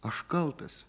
aš kaltas